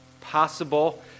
possible